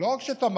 ולא רק שתמכתם,